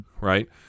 right